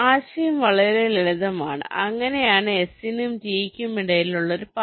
ആശയം വളരെ ലളിതമാണ് ഇങ്ങനെയാണ് S നും T യ്ക്കും ഇടയിലുള്ള ഒരു പാത